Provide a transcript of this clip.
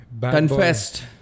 confessed